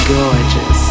gorgeous